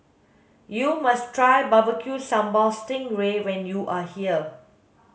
you must try barbecue sambal sting ray when you are here